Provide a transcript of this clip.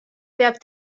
peab